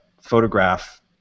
photograph